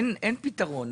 אין פתרון.